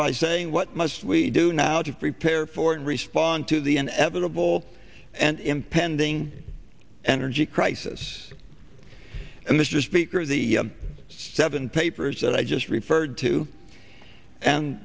by saying what must we do now to prepare for and respond to the inevitable and impending energy crisis and mr speaker the seven papers that i just referred to and